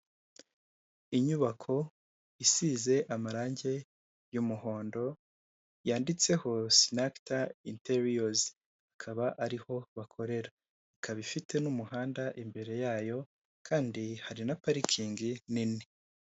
Inyubako isize amarange y'umuhondo, yanditseho sinagita interiyozi, ikaba ariho bakorera. Ikaba ifite n'umuhanda imbere yayo, kandi hari na parikingi nini.